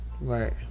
Right